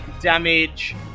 Damage